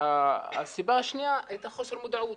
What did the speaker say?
הסיבה השנייה הייתה חוסר מודעות.